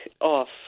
off